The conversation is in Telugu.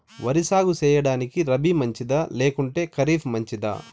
వరి సాగు సేయడానికి రబి మంచిదా లేకుంటే ఖరీఫ్ మంచిదా